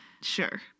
sure